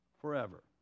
forever